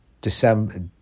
December